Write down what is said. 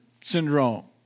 syndrome